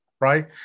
right